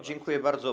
Dziękuję bardzo.